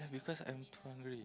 yeah because I'm too hungry